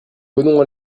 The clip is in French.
venons